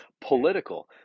political